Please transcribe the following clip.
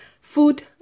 food